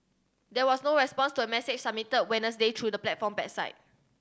there was no response to a message submitted Wednesday through the platform bedside